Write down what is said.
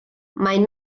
mein